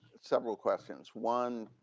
several questions. one,